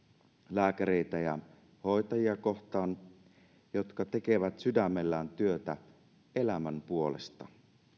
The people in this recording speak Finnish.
lääkäreitä ja hoitajia kohtaan jotka tekevät sydämellään työtä elämän puolesta